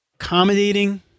Accommodating